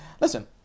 listen